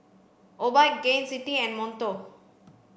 Obike Gain City and Monto